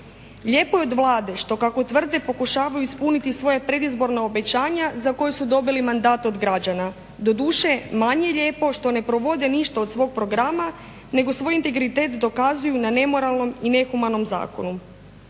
Lijepo je od Vlade što kako tvrde pokušavaju ispuniti svoja predizborna obećanja za koja su dobili mandat od građana. Doduše, manje je lijepo što ne provode ništa od svog programa, nego svoj integritet dokazuju na nemoralnom i nehumanom zakonu.